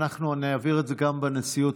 אנחנו נעביר את זה גם בנשיאות,